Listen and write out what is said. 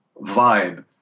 vibe